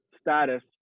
status